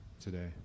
today